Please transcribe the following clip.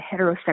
heterosexual